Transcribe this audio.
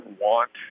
want